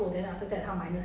不知道 leh